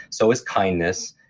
so is kindness,